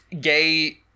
gay